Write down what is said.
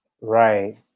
Right